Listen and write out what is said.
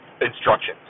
instructions